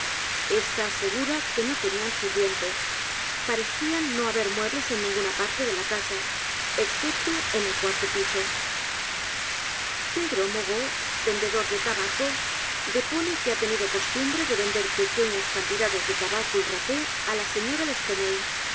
á segura que no tenían sirviente parecía no haber muebles en ninguna parte de la casa excepto en el cuarto piso pedro moreau vendedor de tabaco depone que h a tenido costumbre de vender pequeñas cantidades de tabaco y rapé á la señora